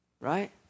right